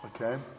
Okay